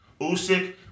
Usyk